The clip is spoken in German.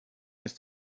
ist